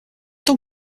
tant